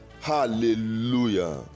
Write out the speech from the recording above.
Hallelujah